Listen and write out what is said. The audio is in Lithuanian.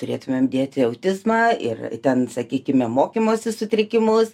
turėtumėm dėti autizmą ir ten sakykime mokymosi sutrikimus